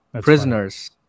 Prisoners